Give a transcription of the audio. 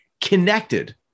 connected